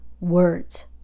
words